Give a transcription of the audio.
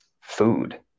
food